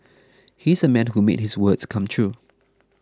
he's a man who made his words come true